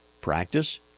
practice